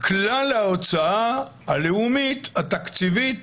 כלל ההוצאה הלאומית התקציבית